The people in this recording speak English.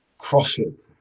crossfit